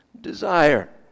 desire